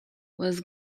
was